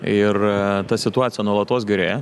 ir ta situacija nuolatos gerėja